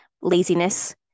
laziness